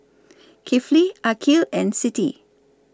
Kifli Aqil and Siti